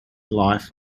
life